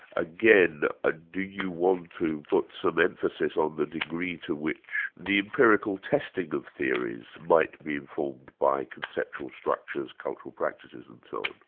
again, ah do you want to put some emphasis on the degree to which the empirical testing of theories might be informed by conceptual structures, cultural practices and so on?